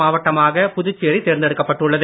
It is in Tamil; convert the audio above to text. மாவட்டமாக புதுச்சேரி தேர்ந்தெடுக்கப்பட்டுள்ளது